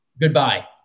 Goodbye